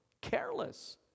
careless